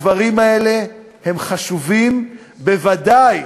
הדברים האלה הם חשובים, בוודאי